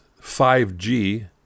5G